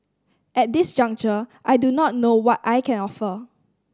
at this juncture I do not know what I can offer